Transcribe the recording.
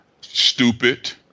stupid